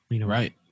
Right